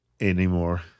anymore